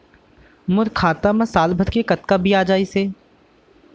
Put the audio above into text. मोर खाता मा साल भर के कतका बियाज अइसे?